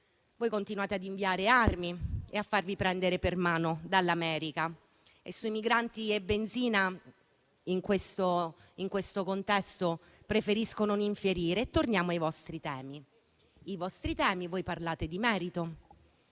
voi continuate ad inviare armi e a farvi prendere per mano dall'America. Su migranti e benzina in questo contesto preferisco non infierire. Torniamo ai vostri temi: parlate di merito,